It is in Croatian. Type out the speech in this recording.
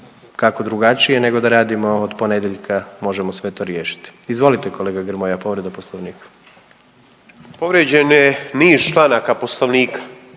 kako drugačije nego da radimo od ponedjeljka, možemo sve to riješiti. Izvolite kolega Grmoja, povreda poslovnika. **Grmoja, Nikola